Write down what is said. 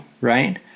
right